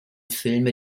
filme